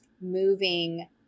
moving